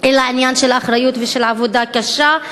אלא בעניין של אחריות ושל עבודה קשה.